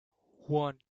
one